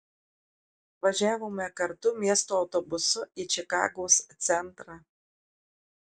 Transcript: važiavome kartu miesto autobusu į čikagos centrą